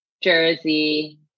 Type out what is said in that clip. Jersey